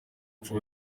muco